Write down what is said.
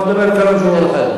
הוא יכול לדבר כמה שהוא רוצה.